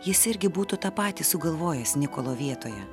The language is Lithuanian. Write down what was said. jis irgi būtų tą patį sugalvojęs nikolo vietoje